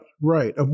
right